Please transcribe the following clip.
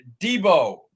Debo